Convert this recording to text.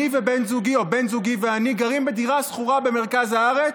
בן זוגי ואני גרים בדירה שכורה במרכז הארץ,